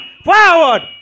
Forward